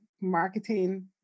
marketing